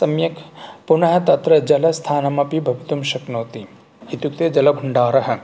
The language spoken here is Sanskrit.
सम्यक् पुनः तत्र जलस्थानम् अपि भवितुं शक्नोति इत्युक्ते जलभण्डारः